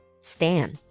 Stan